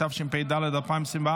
התשפ"ד 2024,